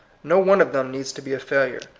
no one of them needs to be a failure.